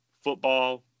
football